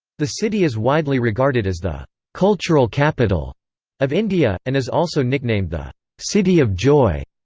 the city is widely regarded as the cultural capital of india, and is also nicknamed the city of joy.